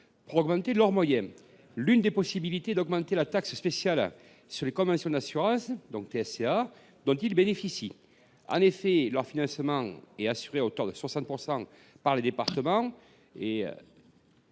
Pour augmenter leurs moyens, l’une des possibilités est d’augmenter la taxe spéciale sur les conventions d’assurances, dont ils bénéficient. En effet, leur financement est assuré à hauteur de 60 % par les départements, et